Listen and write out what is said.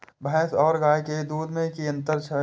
भैस और गाय के दूध में कि अंतर छै?